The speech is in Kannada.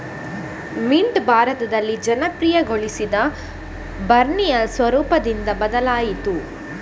ಮಿಂಟ್ ಭಾರತದಲ್ಲಿ ಜನಪ್ರಿಯಗೊಳಿಸಿದ ಬರ್ಲಿನರ್ ಸ್ವರೂಪದಿಂದ ಬದಲಾಯಿತು